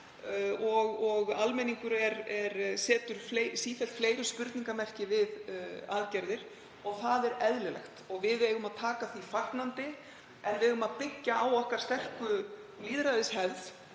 og almenningur setur sífellt fleiri spurningarmerki við aðgerðir. Það er eðlilegt og við eigum að taka því fagnandi. En við eigum að byggja á okkar sterku lýðræðishefð